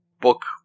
book